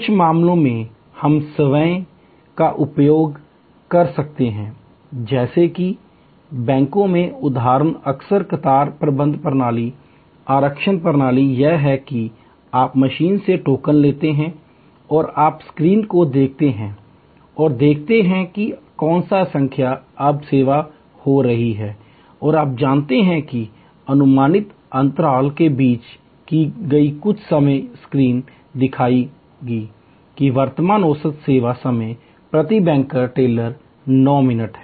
कुछ मामलों में हम स्वयं सेवाओं का उपयोग कर सकते हैं जैसे कि बैंकों में उदाहरण अक्सर कतार प्रबंधन प्रणाली आरक्षण प्रणाली यह है कि आप मशीन से टोकन लेते हैं और आप स्क्रीन को देखते हैं और देखते हैं कि कौन सी संख्या अब सेवा हो रही है और आप जानते हैं अनुमानित अंतराल के बीच की खाई कुछ समय स्क्रीन दिखाएगी कि वर्तमान औसत सेवा समय प्रति बैंक टेलर 9 मिनट है